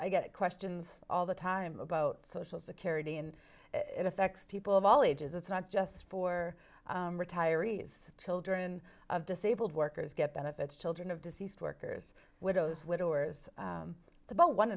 i get questions all the time about social security and it affects people of all ages it's not just for retirees children of disabled workers get benefits children of deceased workers widows widowers about one